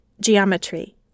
geometry